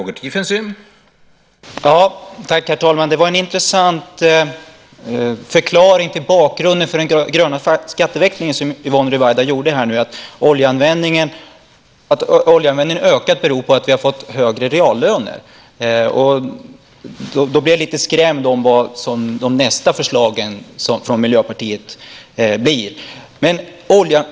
Herr talman! Det var en intressant förklaring Yvonne Ruwaida gav till bakgrunden till den gröna skatteväxlingen. Att oljeanvändningen ökat beror alltså på att vi fått högre reallöner. Då blir jag lite skrämd över vad Miljöpartiets nästa förslag kommer att innebära.